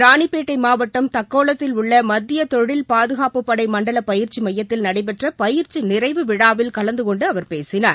ராணிப்பேட்டை மாவட்டம் தக்கோலத்தில் உள்ள மத்திய தொழில் பாதுகாப்புப் படை மண்டல பயிற்சி மையத்தில் நடைபெற்ற பயிற்சி நிறைவு விழாவில் கலந்து கொண்டு அவர் பேசினார்